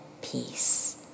peace